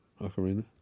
Ocarina